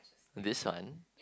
this one